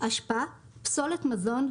"אשפה" כל מיני פסולת מזון,